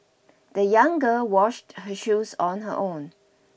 the young girl washed her shoes on her own